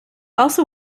also